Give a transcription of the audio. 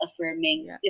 affirming